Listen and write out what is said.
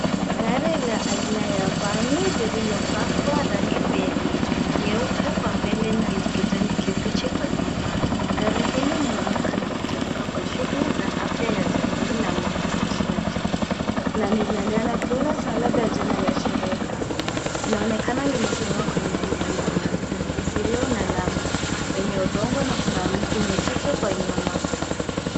Gari la aina ya vani lililopakwa rangi mbili, nyeupe kwa mbele na kijani kibichi kwa nyuma. Gari hili linaonekena kutumika kwa shughuli za afya ya jamii na uhamasishaji na labda jina la shirika. Inaonekana limesimama kwenye eneo la wazi lisilo na lami, yenye udongo na kuna miti michache kwa nyuma.